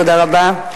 תודה רבה.